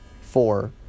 Four